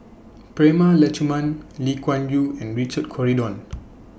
Prema Letchumanan Lee Kuan Yew and Richard Corridon